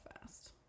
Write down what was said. fast